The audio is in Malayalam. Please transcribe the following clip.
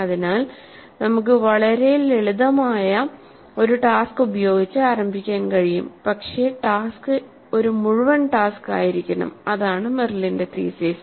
അതിനാൽ നമുക്ക് വളരെ ലളിതമായ ഒരു ടാസ്ക് ഉപയോഗിച്ച് ആരംഭിക്കാൻ കഴിയും പക്ഷേ ടാസ്ക് ഒരു മുഴുവൻ ടാസ്ക് ആയിരിക്കണം അതാണ് മെറിലിന്റെ തീസിസ്